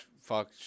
Fuck